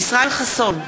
ישראל חסון,